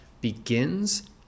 begins